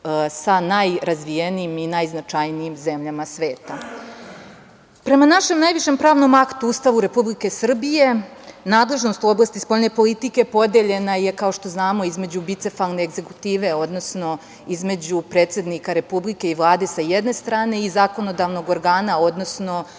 sa najrazvijenijim i najznačajnijim zemljama sveta. Prema našem najvišem pravnom aktu, Ustavu Republike Srbije, nadležnost u oblasti spoljne politike podeljena je na, kao što znamo, između bicefalne egzekutive, odnosno između predsednika Republike i Vlade sa jedne strane i zakonodavnog organa, odnosno